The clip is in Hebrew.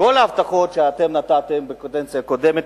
כל ההבטחות שאתם נתתם בקדנציה הקודמת,